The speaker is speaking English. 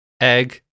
Egg